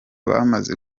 bamaze